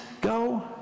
Go